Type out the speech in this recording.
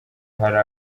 hari